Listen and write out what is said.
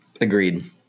Agreed